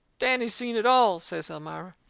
danny seen it all, says elmira.